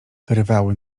rwały